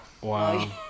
Wow